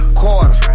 quarter